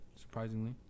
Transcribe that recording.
surprisingly